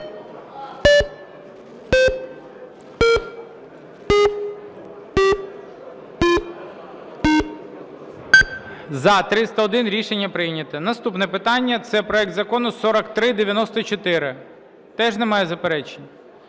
За-301 Рішення прийнято. Наступне питання – це проект Закону 4394. Теж немає заперечень?